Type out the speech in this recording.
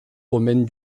romaine